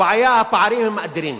הבעיה, הפערים הם אדירים.